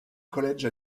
college